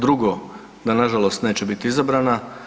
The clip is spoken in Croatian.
Drugo da na žalost neće biti izabrana.